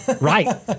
right